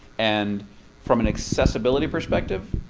and from an accessibility perspective,